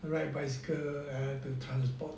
ride bicycle to transport